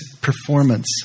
performance